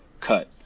cut